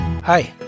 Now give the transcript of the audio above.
Hi